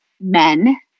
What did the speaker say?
men